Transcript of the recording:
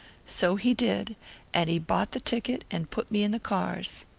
so he did and he bought the ticket, and put me in the cars.